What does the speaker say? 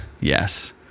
yes